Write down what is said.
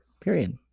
Period